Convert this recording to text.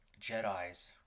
Jedis